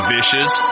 Vicious